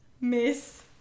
Miss